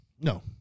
No